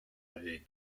avec